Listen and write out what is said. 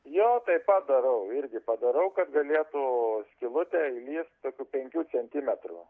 jo taip pat darau irgi padarau kad galėtų skylutė įlyst kokių penkių centimetrų